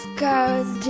cause